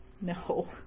No